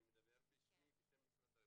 אני מדבר בשמי, בשם משרד הרווחה.